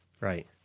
right